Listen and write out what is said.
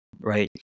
Right